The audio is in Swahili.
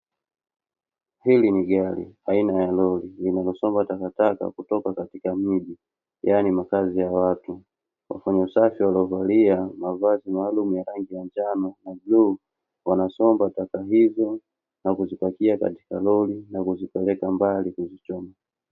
Hili ni gari, aina ya lori linalosomba takataka kutoka katika miji yaani makazi ya watu. Wafanya usafi waliovalia mavazi maalumu ya rangi ya njano na bluu, wanasomba taka hizo na kuzipakia katika lori, na kuzipeleka mbali kuzichoma.